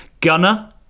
Gunner